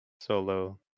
Solo